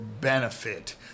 benefit